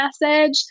message